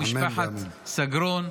משפחת סגרון,